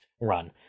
run